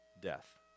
death